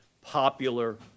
popular